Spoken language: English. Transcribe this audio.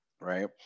right